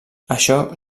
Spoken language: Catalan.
això